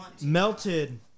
melted